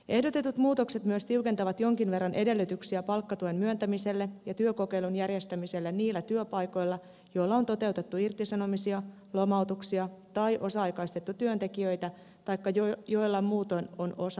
ehdotetut muutokset myös tiukentavat jonkin verran edellytyksiä palkkatuen myöntämiselle ja työkokeilun järjestämiselle niillä työpaikoilla joilla on toteutettu irtisanomisia lomautuksia tai osa aikaistettu työntekijöitä taikka joilla muutoin on osa aikatyöntekijöitä